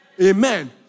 Amen